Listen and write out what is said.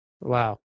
Wow